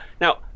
now